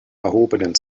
erhobenen